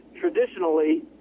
traditionally